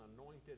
anointed